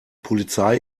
polizei